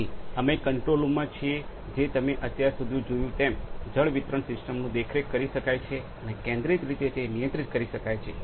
તેથી અમે કંટ્રોલ રૂમમાં છીએ જે તમે અત્યાર સુધી જોયું તેમ જળ વિતરણ સિસ્ટમનું દેખરેખ કરી શકાય છે અને કેન્દ્રિય રીતે તે નિયંત્રિત કરી શકાય છે